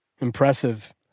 Impressive